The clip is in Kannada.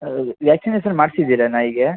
ಹೌದು ವ್ಯಾಕ್ಸಿನೇಷನ್ ಮಾಡ್ಸಿದ್ದೀರಾ ನಾಯಿಗೆ